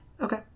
Okay